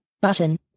button